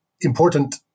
important